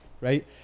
right